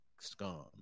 scum